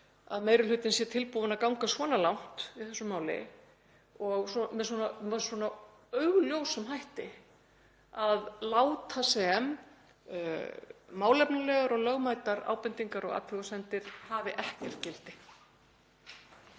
að meiri hlutinn sé tilbúinn að ganga svona langt í þessu máli og með svona augljósum hætti að láta sem málefnalegar og lögmætar ábendingar og athugasemdir hafi ekkert gildi.